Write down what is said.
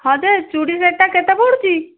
ହଁ ଯେ ଚୁଡ଼ି ସେଟ୍ଟା କେତେ ପଡ଼ୁଛି